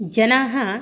जनाः